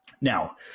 Now